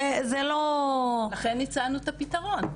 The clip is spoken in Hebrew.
זה לא --- לכן הצענו את הפתרון,